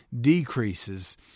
decreases